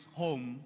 home